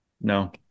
No